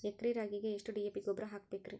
ಎಕರೆ ರಾಗಿಗೆ ಎಷ್ಟು ಡಿ.ಎ.ಪಿ ಗೊಬ್ರಾ ಹಾಕಬೇಕ್ರಿ?